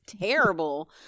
terrible